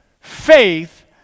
faith